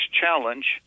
challenge